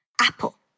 apple